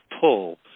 pull